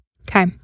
Okay